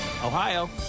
Ohio